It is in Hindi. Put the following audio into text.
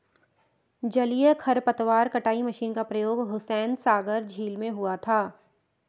जलीय खरपतवार कटाई मशीन का प्रयोग हुसैनसागर झील में हुआ था